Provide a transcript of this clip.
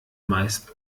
meist